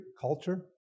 culture